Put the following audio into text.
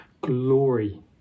glory